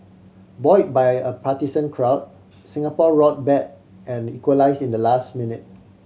buoy by a partisan crowd Singapore roared back and equalise in the last minute